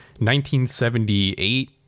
1978